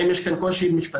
האם יש כאן קושי משפטי,